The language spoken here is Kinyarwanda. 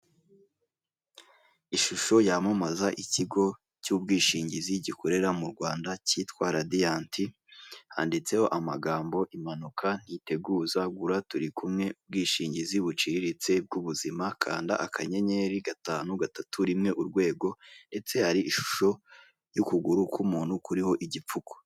Ishusho yamamaza ikigo cy'ubwishingizi gikorera mu rwanda cyitwa radiyanti handitseho amagambo impanuka ntiteguza gura turi kumwe ubwishingizi buciriritse bw'ubuzima kanda akanyeri gatanu gatatu rimwe urwego ndetse hari ishusho y'ukuguru k'umuntu kuriho igipfuko.